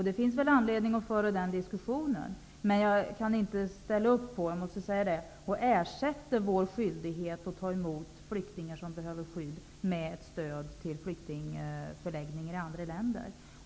Det finns väl anledning att föra den diskussionen, men jag kan inte ställa upp på att ersätta vår skyldighet att ta emot flyktingar, som behöver skydd, med ett stöd till flyktingförläggningar i andra länder.